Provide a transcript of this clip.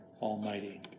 Almighty